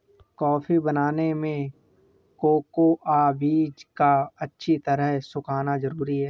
coffee बनाने में cocoa बीज का अच्छी तरह सुखना जरूरी है